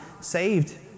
saved